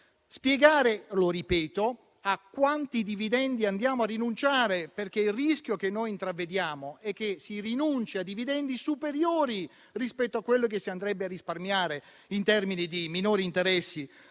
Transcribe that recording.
spiegare, lo ripeto, a quanti dividendi andiamo a rinunciare, perché il rischio che intravediamo è che si rinunci a dividendi superiori rispetto a quello che si andrebbe a risparmiare in termini di minori interessi